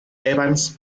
evans